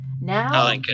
Now